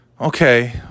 okay